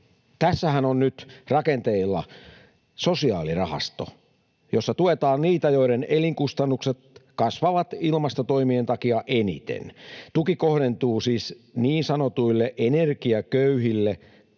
Tässähän on nyt rakenteilla sosiaalirahasto, jossa tuetaan niitä, joiden elinkustannukset kasvavat ilmastotoimien takia eniten. Tuki kohdentuu siis niin sanotuille energiaköyhille